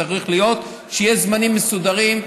צריך שיהיו זמנים מסודרים,